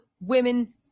women